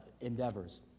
endeavors